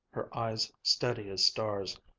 her eyes steady as stars.